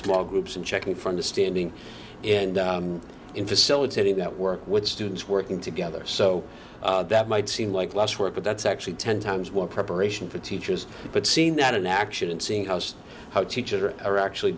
small groups and checking for understanding and in facilitating that work with students working together so that might seem like less work but that's actually ten times more preparation for teachers but seeing that in action and seeing house how teachers are actually